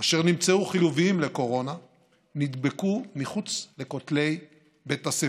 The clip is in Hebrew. אשר נמצאו חיוביים לקורונה נדבקו מחוץ לכותלי בית הספר.